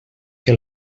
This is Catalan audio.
que